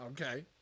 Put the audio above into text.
Okay